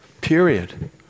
Period